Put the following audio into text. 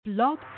Blog